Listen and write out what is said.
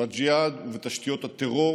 בג'יהאד ובתשתיות הטרור